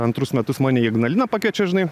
antrus metus mane į ignaliną pakviečia žinai